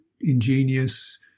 ingenious